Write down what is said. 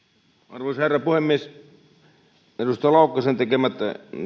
arvoisa herra puhemies edustaja laukkasen tekemät